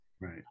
right